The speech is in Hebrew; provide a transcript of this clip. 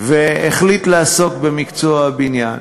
והחליט לעסוק במקצוע הבניין,